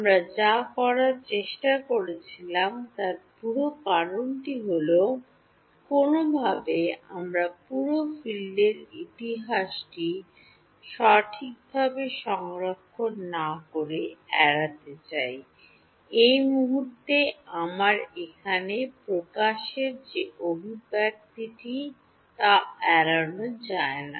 আমরা যা করার চেষ্টা করছিলাম তার পুরো কারণটি হল কোনওভাবে আমরা পুরো ফিল্ডের ইতিহাসটি সঠিকভাবে সংরক্ষণ না করে এড়াতে চাই এই মুহূর্তে আমার এখানে প্রকাশের যে অভিব্যক্তিটি তা এড়ানো যায় না